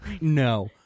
No